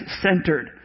centered